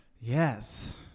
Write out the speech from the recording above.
Yes